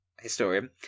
historian